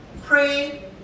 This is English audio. pray